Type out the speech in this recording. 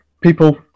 People